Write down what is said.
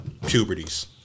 puberties